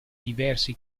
diversi